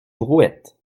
brouette